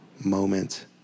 moment